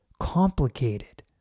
complicated